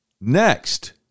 next